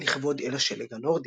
לכבוד אל השלג הנורדי.